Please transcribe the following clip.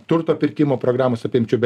turto pirkimo programos apimčių bet